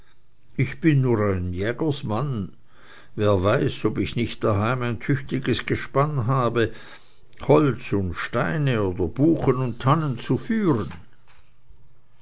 ich bin nur ein jägersmann wer weiß ob ich nicht daheim ein tüchtiges gespann habe holz und steine oder buchen und tannen zu führen